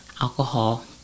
alcohol